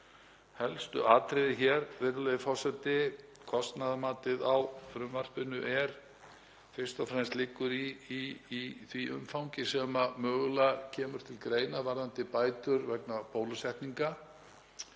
helstu atriði hér, virðulegi forseti. Kostnaðarmatið á frumvarpinu liggur fyrst og fremst í því umfangi sem mögulega kemur til greina varðandi bætur vegna bólusetninga